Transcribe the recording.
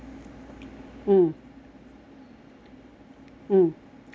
mm mm okay